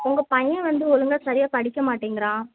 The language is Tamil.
உங்கள் பையன் வந்து ஒழுங்கா சரியாக படிக்க மாட்டேங்கிறான்